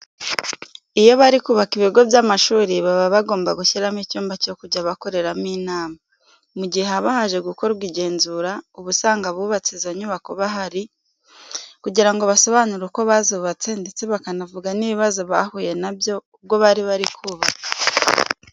Iyo bari kubaka ibigo by'amashuri, baba bagomba gushyiramo icyumba cyo kujya bakoreramo inama. Mu gihe haba haje gukorwa igenzura, uba usanga abubatse izo nyubako bahari kugira ngo basobanure uko bazubatse ndetse bakanavuga n'ibibazo bahuye na byo ubwo bari bari kubaka.